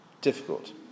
difficult